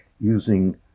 using